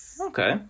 Okay